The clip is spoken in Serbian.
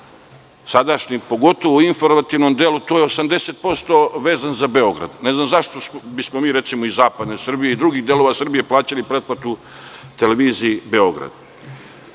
program, pogotovo u informativnom delu, je 80% vezan za Beograd. Ne znam zašto bismo mi, recimo, iz zapadne Srbije i drugih delova Srbije plaćali pretplatu TV Beograd. Očigledno